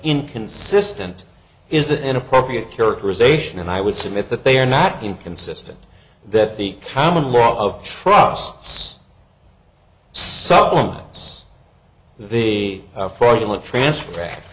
inconsistent is it an appropriate characterization and i would submit that they are not inconsistent that the common law of trusts supplements the fraudulent transfer